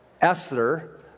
Esther